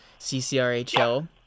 CCRHL